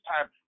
time